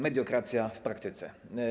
Mediokracja w praktyce.